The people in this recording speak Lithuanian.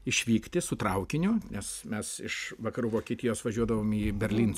išvykti su traukiniu nes mes iš vakarų vokietijos važiuodavom į berlin